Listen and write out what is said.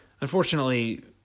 Unfortunately